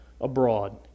abroad